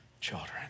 children